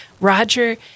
Roger